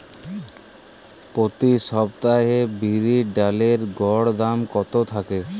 প্রতি সপ্তাহে বিরির ডালের গড় দাম কত থাকে?